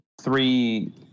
three